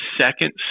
second